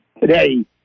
today